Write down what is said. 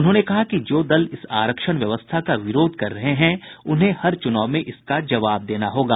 उन्होंने कहा कि जो दल इस आरक्षण व्यवस्था का विरोध कर रहे है उन्हें हर चुनाव में इसका जवाब देना होगा